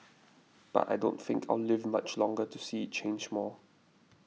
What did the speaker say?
but I don't think I'll live much longer to see it change more